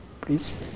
Please